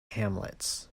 hamlets